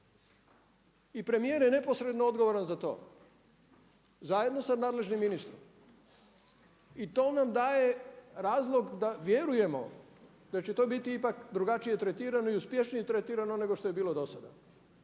i premijer je neposredno odgovoran za to zajedno sa nadležnim ministrom. I to nam daje razloga da vjerujemo da će to biti ipak drugačije tretirano i uspješnije tretirano nego što je bilo do sada.